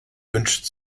wünscht